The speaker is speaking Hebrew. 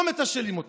לא מתשאלים אותם.